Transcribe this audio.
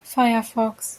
firefox